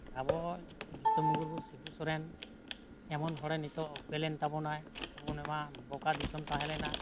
ᱟᱵᱚ ᱫᱤᱥᱚᱢ ᱜᱩᱨᱩ ᱥᱤᱵᱩ ᱥᱚᱨᱮᱱ ᱮᱢᱚᱱ ᱦᱚᱲᱮ ᱱᱤᱛᱳᱜ ᱩᱯᱮᱞᱮᱱ ᱛᱟᱵᱚᱱᱟᱭ ᱟᱵᱚ ᱱᱚᱣᱟ ᱵᱚᱠᱟ ᱫᱤᱥᱚᱢ ᱛᱟᱦᱮᱸ ᱞᱮᱱᱟ